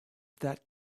that